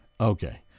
Okay